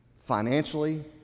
financially